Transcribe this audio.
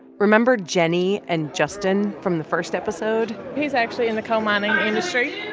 remember jenny and justin from the first episode? he's actually in the coal mining industry,